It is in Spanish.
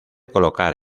colocar